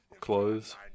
clothes